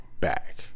back